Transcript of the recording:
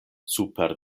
super